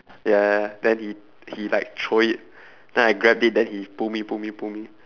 ya ya ya then he he like throw it then I grabbed it then he pull me pull me pull me